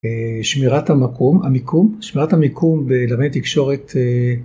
שמירת המקום, המיקום, שמירת המיקום בגני תקשורת